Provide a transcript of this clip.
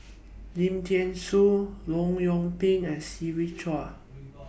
Lim Thean Soo Leong Yoon Pin and Siva Choy